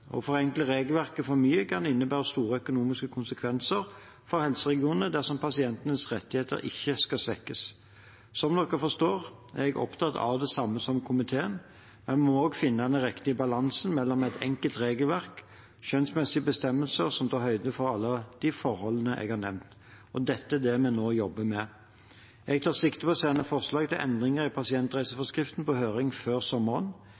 Å forenkle regelverket for mye kan innebære store økonomiske konsekvenser for helseregionene dersom pasientenes rettigheter ikke skal svekkes. Som dere forstår, er jeg opptatt av det samme som komiteen, men vi må finne den riktige balansen mellom et enkelt regelverk og skjønnsmessig bestemmelse og ta høyde for alle de forholdene jeg har nevnt. Det er dette vi nå jobber med. Jeg tar sikte på å sende forslag til endringer i pasientreiseforskriften på høring før sommeren.